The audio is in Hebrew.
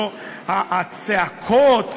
הצעקות,